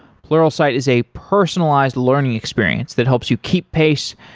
pluralsight is a personalized learning experience that helps you keep pace.